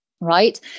right